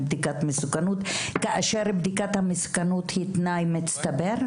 בדיקת מסוכנות כאשר בדיקת המסוכנות היא תנאי מצטבר?